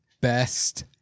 best